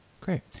Great